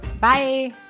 Bye